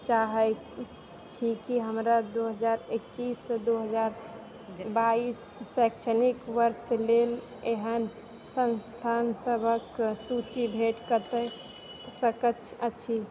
चाहैत छी कि हमरा दू हजार एकैस से दू हजार बाइस शैक्षणिक वर्ष लेल एहन संस्थान सभहक सूचि भेट सकैत अछि